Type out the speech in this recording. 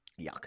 Yuck